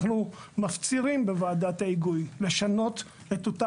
אנחנו מפצירים בוועדת ההיגוי לשנות את אותה